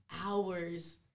hours